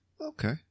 Okay